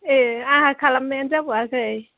ए आंहा खालामनायानो जाबावाखै